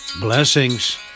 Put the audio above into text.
Blessings